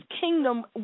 kingdom